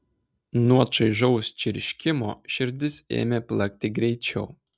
nuo čaižaus čirškimo širdis ėmė plakti greičiau